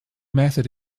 method